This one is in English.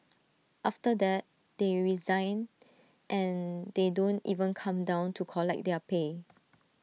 after that they resign and they don't even come down to collect their pay